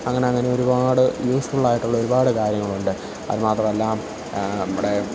അങ്ങനെ അങ്ങനെ ഒരുപാട് യൂസ്ഫുള്ളായിട്ടുള്ള ഒരുപാട് കാര്യങ്ങളുണ്ട് അത് മാത്രമല്ല നമ്മുടെ